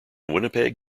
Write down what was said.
winnipeg